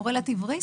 כמו Relative risk,